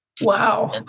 Wow